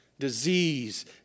Disease